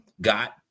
got